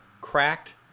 cracked